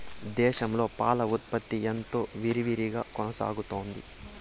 దేశంలో పాల ఉత్పత్తి ఎంతో విరివిగా కొనసాగుతోంది